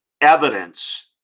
evidence